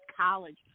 college